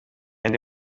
andi